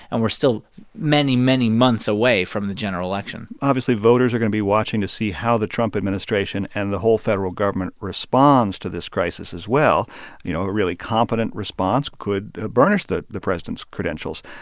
and we're still many, many months away from the general election obviously, voters are going to be watching to see how the trump administration and the whole federal government responds to this crisis as well. you know, a really competent response could burnish the the president's credentials.